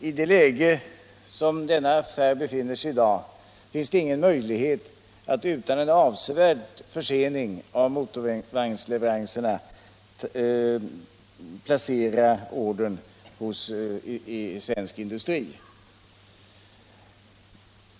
I det läge som denna affär i dag befinner sig i finns det ingen möjlighet att utan en avsevärd försening av motorvagnsleveranserna placera ordern hos svensk industri.